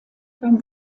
beim